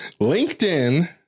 LinkedIn